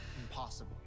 impossible